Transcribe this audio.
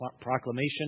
proclamation